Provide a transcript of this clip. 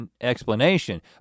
explanation